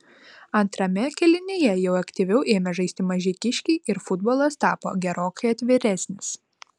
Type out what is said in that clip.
antrame kėlinyje jau aktyviau ėmė žaisti mažeikiškiai ir futbolas tapo gerokai atviresnis